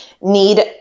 need